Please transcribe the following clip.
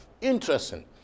Interesting